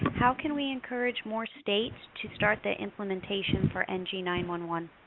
how can we encourage more states to start the implementation for n g nine one one?